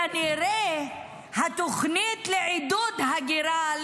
כנראה "התוכנית לעידוד הגירה",